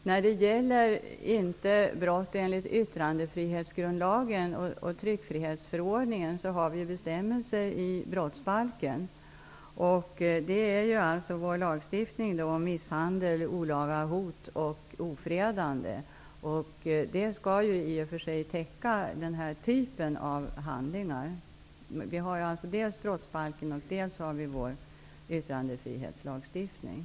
När det inte gäller brott enligt yttrandefrihetsgrundlagen och tyrckfrihetsförordningen finns bestämmelser i brottsbalken. Den är vår lagstiftning om misshandel, olaga hot och ofredande. Detta skall i och för sig täcka den här typen av handlingar. Vi har ju dels brottsbalken, dels yttrandefrihetslagstiftningen.